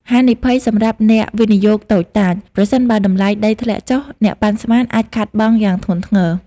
ហានិភ័យសម្រាប់អ្នកវិនិយោគតូចតាច: ប្រសិនបើតម្លៃដីធ្លាក់ចុះ អ្នកប៉ាន់ស្មាន អាចខាតបង់យ៉ាងធ្ងន់ធ្ងរ។